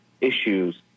issues